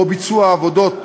או ביצוע עבודות